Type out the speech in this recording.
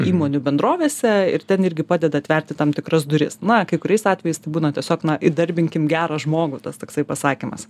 įmonių bendrovėse ir ten irgi padeda atverti tam tikras duris na kai kuriais atvejais tai būna tiesiog na įdarbinkim gerą žmogų tas toksai pasakymas